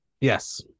Yes